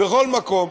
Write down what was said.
בכל מקום.